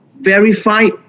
verified